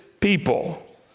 People